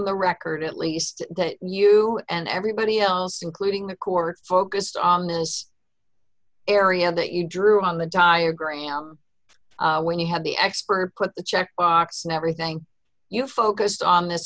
the record at least that you and everybody else including the court focused on this area that you drew on the diagram when you had the expert put the check box never thank you focused on this